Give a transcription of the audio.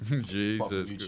Jesus